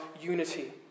unity